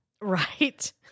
right